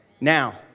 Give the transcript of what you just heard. Now